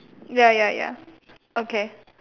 ya ya ya okay